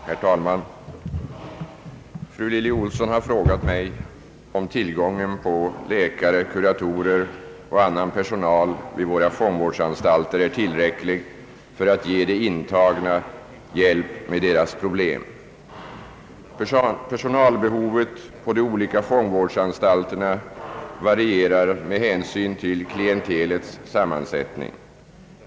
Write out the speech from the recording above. Herr talman! Fru Lilly Ohlsson har frågat mig om tillgången på läkare, kuratorer och annan personal vid våra fångvårdsanstalter är tillräcklig för att ge de intagna hjälp med deras problem. Personalbehovet på de olika fäångvårdsanstalterna varierar med hänsyn till klientelets sammansättning.